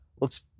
looks